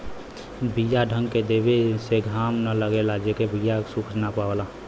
बीया ढक देवे से घाम न लगेला जेसे बीया सुख ना पावला